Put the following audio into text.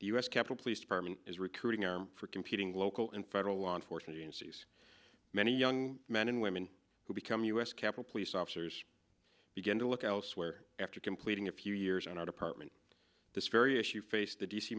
s capitol police department is recruiting are for competing local and federal law enforcement agencies many young men and women who become u s capitol police officers begin to look elsewhere after completing a few years on our department this very issue faced the d